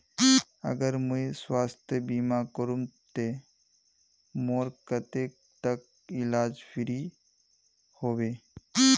अगर मुई स्वास्थ्य बीमा करूम ते मोर कतेक तक इलाज फ्री होबे?